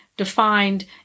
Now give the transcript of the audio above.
defined